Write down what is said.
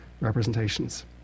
representations